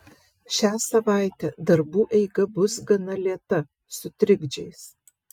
šią savaitę darbų eiga bus gana lėta su trikdžiais